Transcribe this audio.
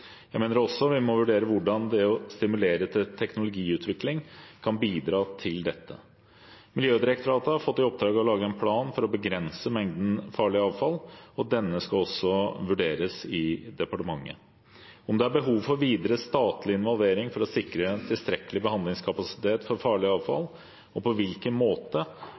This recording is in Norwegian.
Jeg mener også vi må vurdere hvordan det å stimulere til teknologiutvikling kan bidra til dette. Miljødirektoratet har fått i oppdrag å lage en plan for å begrense mengden farlig avfall, og denne skal også vurderes i departementet. Om det er behov for videre statlig involvering for å sikre tilstrekkelig behandlingskapasitet for farlig avfall, og på hvilken måte,